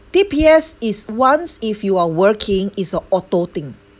D_P_S is once if you are working it's a auto thing